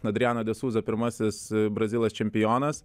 adriano desuzo pirmasis brazilas čempionas